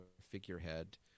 figurehead